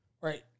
Right